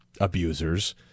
abusers